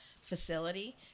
facility